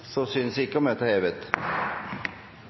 Så synes ikke. Møtet er hevet.